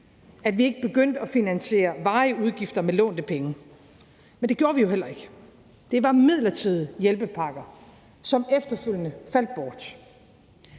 så vi ikke begyndte at finansiere varige udgifter med lånte penge. Men det gjorde vi jo heller ikke. Det var midlertidige hjælpepakker, som efterfølgende faldt bort.